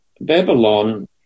Babylon